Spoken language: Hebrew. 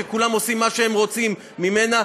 שכולם עושים מה שהם רוצים ממנה,